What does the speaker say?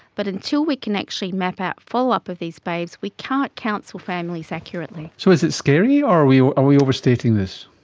but until we can actually map out follow-up of these babies we can't counsel families accurately. so is it scary? or are we overstating this?